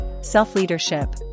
Self-leadership